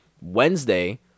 Wednesday